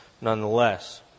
nonetheless